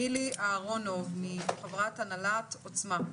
נילי אהרונוב, חברת הנהלת 'עוצמה'.